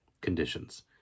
conditions